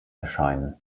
erscheinen